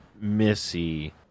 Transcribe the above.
Missy